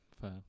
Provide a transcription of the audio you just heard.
Fair